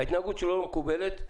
ההתנהגות שלו לא מקובלת.